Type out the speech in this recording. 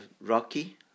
Rocky